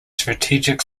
strategic